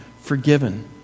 forgiven